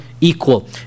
equal